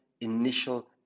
initial